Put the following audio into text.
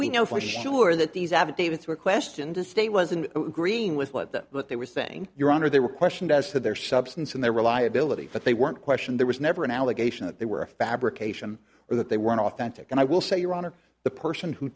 we know for sure that these affidavits were questioned the state wasn't green with what that what they were saying your honor they were questioned as to their substance and their reliability but they weren't question there was never an allegation that they were a fabrication or that they were authentic and i will say your honor the person who